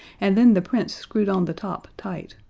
and then the prince screwed on the top tight.